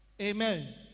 Amen